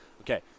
Okay